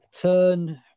Turn